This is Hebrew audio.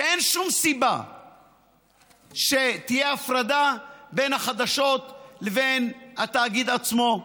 אין שום סיבה שתהיה הפרדה בין החדשות לבין התאגיד עצמו.